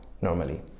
normally